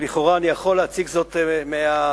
ולכאורה אני יכול להציג זאת מהאולם,